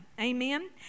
Amen